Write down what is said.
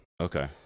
Okay